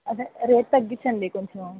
అదే రేట్ తగ్గించండి కొంచెం